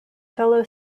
fellow